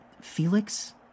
Felix